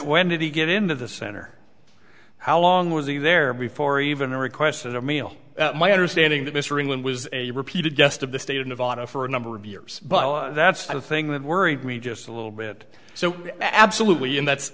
when did he get into the center how long was he there before even requested a meal my understanding that mr england was a repeated guest of the state of nevada for a number of years but that's the thing that worried me just a little bit so absolutely and that's